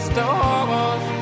Stars